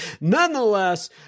Nonetheless